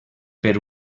per